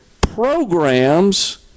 programs